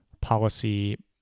policy